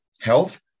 health